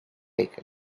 take